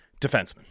Defenseman